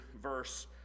verse